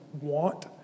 want